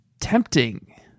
tempting